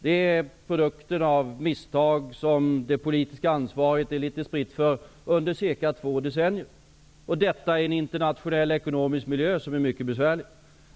Det är produkten av misstag för vilka det politiska anvaret är litet spritt under nästan två decennier, och detta i en internationell ekonomisk miljö som är mycket besvärlig.